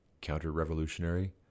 counter-revolutionary